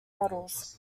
models